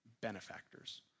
benefactors